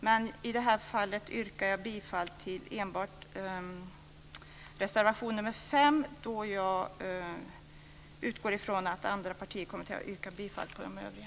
Men i det här fallet yrkar jag bifall till enbart reservation nr 5, då jag utgår från att andra partier kommer att yrka bifall till de övriga.